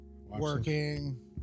Working